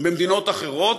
במדינות אחרות.